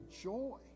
joy